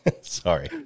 Sorry